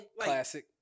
Classic